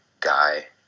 guy